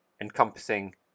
encompassing